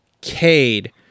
cade